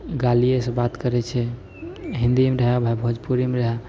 गालिएसँ बात करैत छै हिन्दीमे रहए भोजपुरीमे रहए